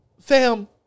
Fam